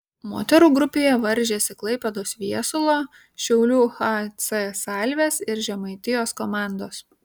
moterų grupėje varžėsi klaipėdos viesulo šiaulių hc salvės ir žemaitijos komandos